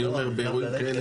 אני אומר שבאירועים כאלה